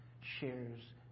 shares